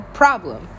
problem